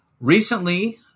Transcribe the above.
Recently